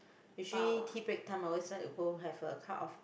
usually tea break time I always like to go have a cup of